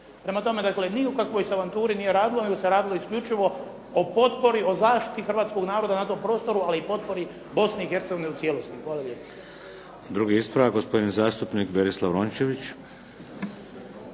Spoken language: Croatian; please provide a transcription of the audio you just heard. Prema tome, dakle ni o kakvoj avanturi se nije radilo, nego se radio isključivo o potpori, o zaštiti hrvatskog naroda na tom prostoru, ali i potpori Bosne i Hercegovine u cijelosti. Hvala lijepo. **Šeks, Vladimir (HDZ)** Drugi ispravak, gospodin zastupnik Berislav Rončević.